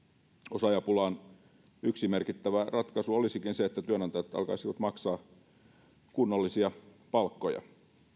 osaajapulaan yksi merkittävä ratkaisu olisikin se että työnantajat alkaisivat maksaa kunnollisia palkkoja